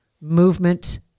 movement